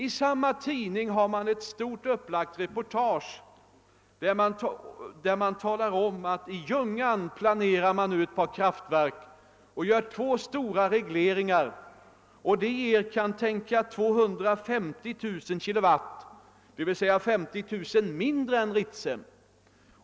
I samma nummer av tidningen fanns ett stort upplagt reportage om att man i Ljungan planerar ett par kraftverk och gör två stora regleringar, vilket kantänka ger 250 000 kW — dvs. 50 000 kW mindre än Ritsem.